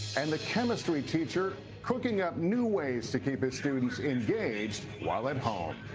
and the chemistry teacher cooking up new ways to keep his students engaged while at home.